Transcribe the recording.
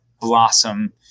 blossom